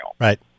right